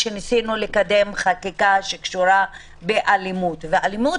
אחרי שראינו את הצורך להתייחס בחקיקה להתייחס לאלימות - אומר עוד